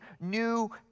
new